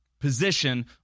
position